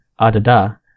Adada